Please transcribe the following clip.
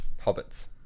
Hobbits